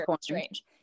strange